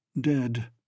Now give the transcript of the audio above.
Dead